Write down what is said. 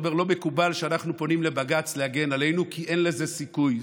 הוא אמר: לא מקובל שאנחנו פונים לבג"ץ להגן עלינו כי אין לזה סיכוי.